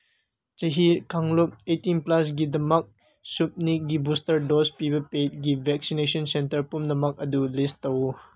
ꯆꯍꯤ ꯀꯥꯡꯂꯨꯞ ꯑꯩꯠꯇꯤꯟ ꯄ꯭ꯂꯁꯀꯤꯗꯃꯛ ꯁꯨꯞꯅꯤꯒꯤ ꯕꯨꯁꯇꯔ ꯗꯣꯁ ꯄꯤꯕ ꯄꯦꯀꯦꯠꯒꯤ ꯚꯦꯛꯁꯤꯅꯦꯁꯟ ꯁꯦꯟꯇꯔ ꯄꯨꯝꯅꯃꯛ ꯑꯗꯨ ꯂꯤꯁ ꯇꯧꯑꯣ